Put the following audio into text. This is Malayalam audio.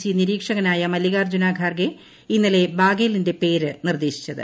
സി നിരീക്ഷകനായ മല്ലികാർജ്ജുന ഖാർഗെ ഇന്നലെ ബാഗേലിന്റെ പേര് നിർദ്ദേശിച്ചത്